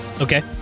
Okay